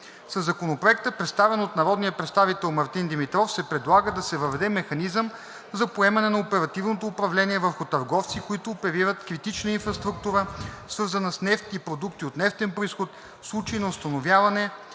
Със Законопроекта, представен от народния представител Мартин Димитров, се предлага да се въведе механизъм за поемане на оперативното управление върху търговци, които оперират критична инфраструктура, свързана с нефт и продукти от нефтен произход, в случай на установяване